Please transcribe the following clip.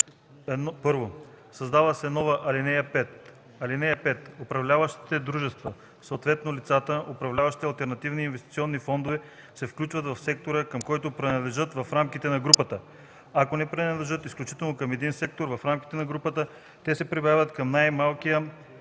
1. Създава се нова ал. 5: „(5) Управляващите дружества, съответно лицата, управляващи алтернативни инвестиционни фондове, се включват в сектора, към който принадлежат в рамките на групата. Ако не принадлежат изключително към един сектор в рамките на групата, те се прибавят към най-малкия